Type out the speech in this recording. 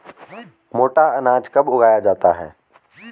मोटा अनाज कब उगाया जाता है?